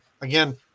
again